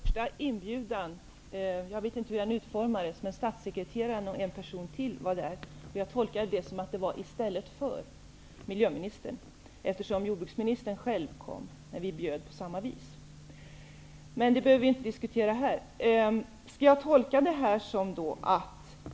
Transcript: Herr talman! Jag vet inte hur inbjudan utformades, men statssekreteraren och en person till var där. Jag tolkade det som att det var i stället för miljöministern, eftersom jordbruksministern själv kom när vi bjöd på samma vis. Men det behöver vi inte diskutera här.